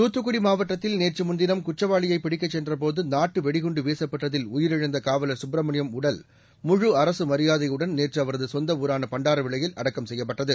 தூத்துக்குடி மாவட்டத்தில் நேற்று முன்தினம் குற்றவாளியைப் பிடிக்கச் சென்றபோது நாட்டு வெடிகுண்டு வீசப்பட்டதில் உயிரிழந்த காவலர் சுப்பிரமணியன் உடல் முழு அரசு மரியாதையுடன் நேற்று அவரது சொந்த ஊரான பண்டாரவிளையில் அடக்கம் செய்யப்பட்டது